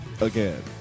again